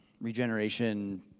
regeneration